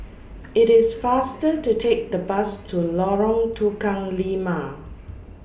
IT IS faster to Take The Bus to Lorong Tukang Lima